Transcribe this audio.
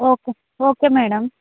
okay okay madam